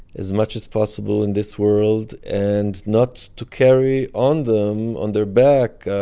as much as possible in this world. and not to carry on them, on their back,